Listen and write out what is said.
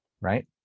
right